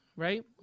right